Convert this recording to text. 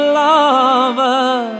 lover